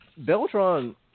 Beltron